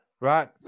right